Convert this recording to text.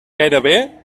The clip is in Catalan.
gairebé